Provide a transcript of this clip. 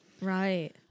right